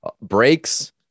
breaks